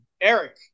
Eric